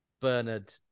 bernard